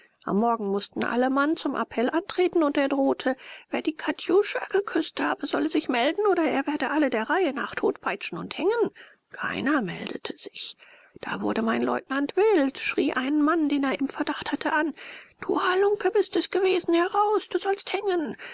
am morgen mußten alle mann zum appell antreten und er drohte wer die katjuscha geküßt habe solle sich melden oder er werde alle der reihe nach totpeitschen und hängen keiner meldete sich da wurde mein leutnant wild schrie einen mann den er im verdacht hatte an du halunke bist es gewesen heraus du sollst hängen